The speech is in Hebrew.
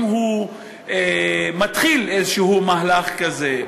אם הוא מתחיל מהלך כזה,